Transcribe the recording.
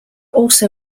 also